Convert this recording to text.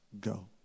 go